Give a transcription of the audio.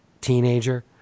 teenager